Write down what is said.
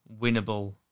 winnable